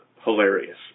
hilarious